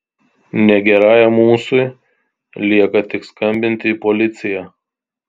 negerajam ūsui lieka tik skambinti į policiją